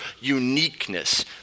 uniqueness